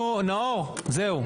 נו, נאור, זהו.